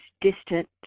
distant